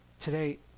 Today